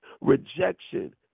rejection